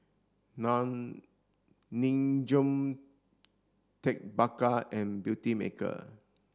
non Nin Jiom Ted Baker and Beautymaker